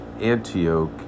antioch